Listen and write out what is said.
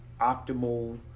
optimal